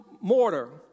mortar